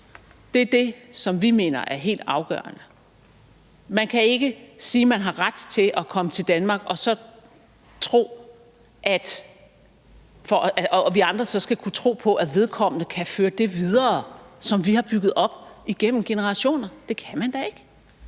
Det er det, som vi mener er helt afgørende. Man kan ikke sige, at man har ret til at komme til Danmark og tro, at vi andre så skal kunne tro på, at vedkommende kan føre det videre, som vi har bygget op igennem generationer. Det kan man da ikke.